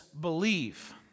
Believe